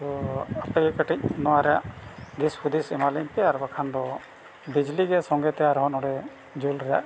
ᱛᱳ ᱟᱯᱮ ᱜᱮ ᱠᱟᱹᱴᱤᱡ ᱱᱚᱣᱟ ᱨᱮᱭᱟᱜ ᱫᱤᱥᱼᱦᱩᱫᱤᱥ ᱮᱢᱟᱞᱤᱧ ᱯᱮ ᱟᱨ ᱵᱟᱠᱷᱟᱱ ᱫᱚ ᱵᱤᱡᱽᱞᱤ ᱜᱮ ᱥᱚᱸᱜᱮ ᱛᱮ ᱟᱨᱦᱚᱸ ᱱᱚᱰᱮ ᱡᱩᱞ ᱨᱮᱭᱟᱜ